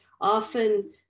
often